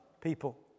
people